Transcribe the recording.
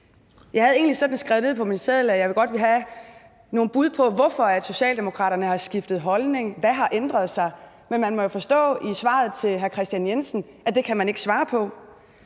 Jeg havde egentlig skrevet ned på min seddel, at jeg godt ville have nogle bud på, hvorfor Socialdemokraterne har skiftet holdning, hvad der har ændret sig. Men man må jo forstå på svaret til hr. Kristian Jensen, at det kan man ikke svare på.